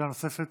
שאלה נוספת?